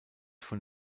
von